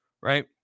right